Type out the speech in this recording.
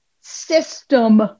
System